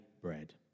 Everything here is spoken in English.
bread